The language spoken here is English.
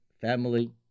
family